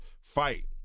fight